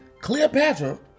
Cleopatra